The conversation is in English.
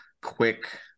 quick